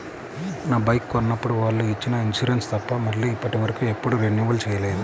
నా బైకు కొన్నప్పుడు వాళ్ళు ఇచ్చిన ఇన్సూరెన్సు తప్ప మళ్ళీ ఇప్పటివరకు ఎప్పుడూ రెన్యువల్ చేయలేదు